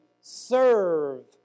serve